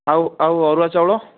ଆଉ ଆଉ ଅରୁଆ ଚାଉଳ